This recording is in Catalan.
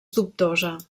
dubtosa